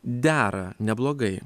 dera neblogai